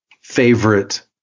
favorite